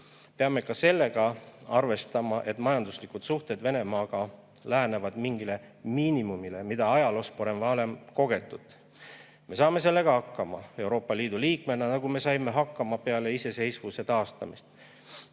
Peame ka sellega arvestama, et majanduslikud suhted Venemaaga lähenevad mingile miinimumile, mida ajaloos pole varem kogetud. Me saame sellega hakkama Euroopa Liidu liikmena, nagu me saime hakkama peale iseseisvuse taastamist.